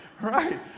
right